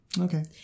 Okay